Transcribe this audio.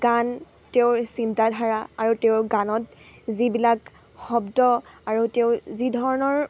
গান তেওঁৰ চিন্তাধাৰা আৰু তেওঁৰ গানত যিবিলাক শব্দ আৰু তেওঁৰ যিধৰণৰ